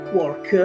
work